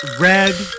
red